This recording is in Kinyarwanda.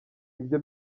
ibyo